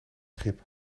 schip